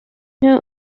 know